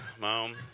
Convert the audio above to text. mom